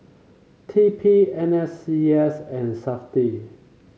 T P N S C S and Safti